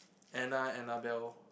Anna Annabelle